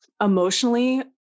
emotionally